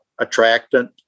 attractant